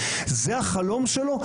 זה החלום שלו?